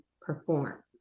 perform